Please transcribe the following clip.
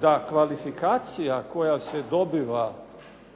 da kvalifikacija koja se dobiva